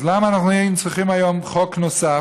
אז למה אנחנו צריכים היום חוק נוסף?